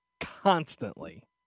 constantly